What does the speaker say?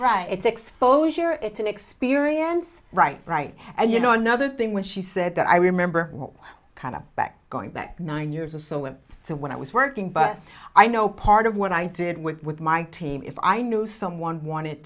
right it's exposure it's an experience right right and you know another thing when she said that i remember kind of back going back nine years or so and so when i was working but i know part of what i did with my team if i knew someone wanted